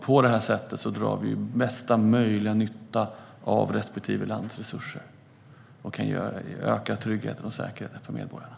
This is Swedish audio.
På det här sättet drar vi bästa möjliga nytta av respektive lands resurser och kan öka tryggheten och säkerheten för medborgarna.